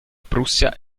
prussia